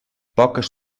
poques